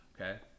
Okay